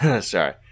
sorry